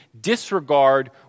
disregard